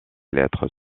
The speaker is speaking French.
lettres